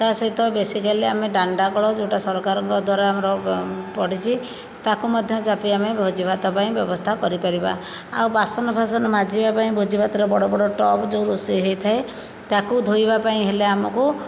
ତା ସହିତ ବେଶିକାଲି ଆମେ ଦାଣ୍ଡକୁଳ ଯେଉଁଟା ସରକାରଙ୍କ ଦ୍ୱାରା ଆମର ପଡ଼ିଛି ତାକୁ ମଧ୍ୟ ଯାପି ଆମେ ଭୋଜି ଭାତ ପାଇଁ ବ୍ୟବସ୍ତା କରିପାରିବା ଆଉ ବାସନ ଫାସନ ମାଜିବା ପାଇଁ ଭୋଜି ଭାତରେ ବଡ଼ ବଡ଼ ଟବ ଯେଉଁ ରୋଷେଇ ହୋଇଥାଏ ତାକୁ ଧୋଇବା ପାଇଁ ହେଲେ ଆମକୁ